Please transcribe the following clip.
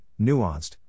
nuanced